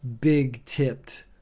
big-tipped